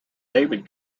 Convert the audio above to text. david